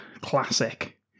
classic